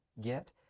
get